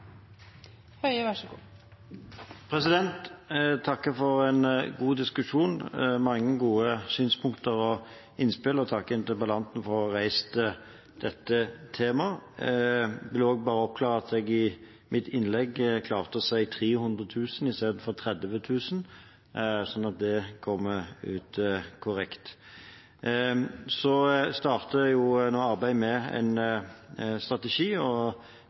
Jeg takker for en god diskusjon, med mange gode synspunkter og innspill, og jeg takker interpellanten for å ha reist dette temaet. Jeg vil også bare oppklare at jeg i mitt innlegg klarte å si 300 000 istedenfor 30 000 – slik at det kommer korrekt ut. Så starter nå arbeidet med en strategi,